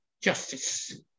justice